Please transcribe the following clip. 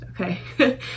Okay